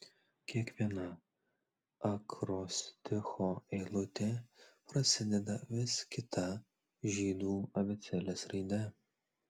kiekviena akrosticho eilutė prasideda vis kita žydų abėcėlės raide